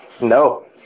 no